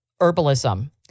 herbalism